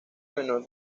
menor